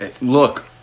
look